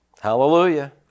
Hallelujah